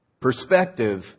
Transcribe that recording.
perspective